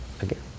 Again